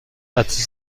عطسه